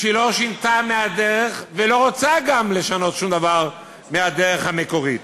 שהיא לא שינתה מהדרך ולא רוצה גם לשנות שום דבר מהדרך המקורית.